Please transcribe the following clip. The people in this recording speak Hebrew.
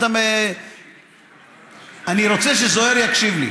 אני רוצה שזוהיר יקשיב לי.